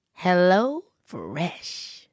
HelloFresh